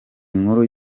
inkuru